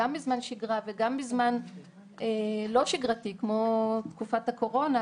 גם בזמן שגרה וגם בזמן לא שגרתי כמו תקופת הקורונה,